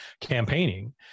campaigning